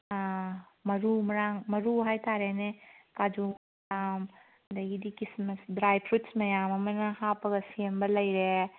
ꯃꯔꯨ ꯃꯔꯥꯡ ꯃꯔꯨ ꯍꯥꯏꯇꯥꯔꯦꯅꯦ ꯀꯥꯖꯨ ꯑꯗꯒꯤꯗꯤ ꯗ꯭ꯔꯥꯏ ꯐ꯭ꯔꯨꯏꯠꯁ ꯃꯌꯥꯝ ꯑꯃꯅ ꯍꯥꯞꯄꯒ ꯁꯦꯝꯕ ꯂꯩꯔꯦ